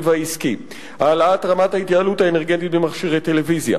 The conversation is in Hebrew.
והעסקי והעלאת רמת ההתייעלות האנרגטית במכשירי טלוויזיה.